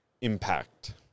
impact